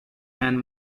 and